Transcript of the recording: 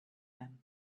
them